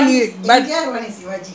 which [one] is first Diamond first or